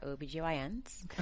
OBGYNs